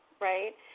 Right